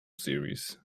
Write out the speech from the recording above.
series